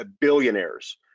billionaires